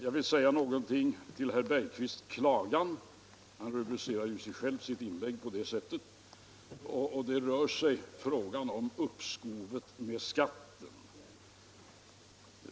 Jag vill först säga någonting med anledning av herr Bergqvists klagan — han rubricerar ju själv sitt inlägg på det sättet —- i frågan om uppskovet med skatten.